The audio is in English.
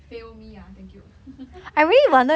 fail me ah thank you